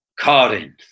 Corinth